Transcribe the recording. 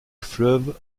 fleuve